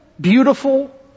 beautiful